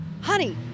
Honey